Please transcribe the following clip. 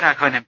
Raghavan M